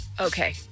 Okay